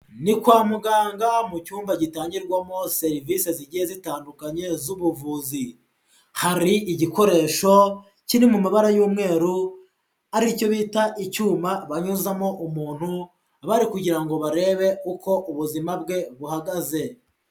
Ni kwa muganga mu cyumba gitangirwamo serivisi zigiye zitandukanye z'ubuvuzi, hari igikoresho kiri mu mabara y'umweru aricyo bita icyuma banyuzamo umuntu bari kugira ngo barebe uko ubuzima bwe buhagaze.